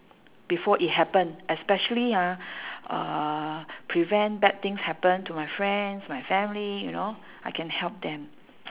before it happen especially ah uh prevent bad things happen to my friends my family you know I can help them